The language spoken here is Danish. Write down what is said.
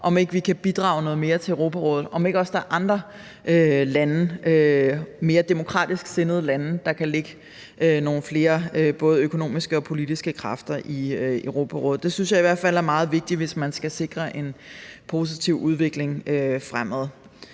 om ikke vi kan bidrage noget mere til Europarådet, og om ikke der også er andre lande, mere demokratisk sindede lande, der kan lægge nogle flere både økonomiske og politiske kræfter i Europarådet. Det synes jeg i hvert fald er meget vigtigt, hvis man skal sikre en positiv udvikling fremadrettet.